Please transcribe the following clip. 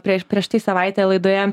prieš prieš tai savaitę laidoje